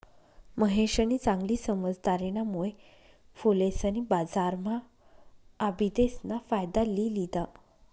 महेशनी चांगली समझदारीना मुळे फुलेसनी बजारम्हा आबिदेस ना फायदा लि लिदा